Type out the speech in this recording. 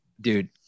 dude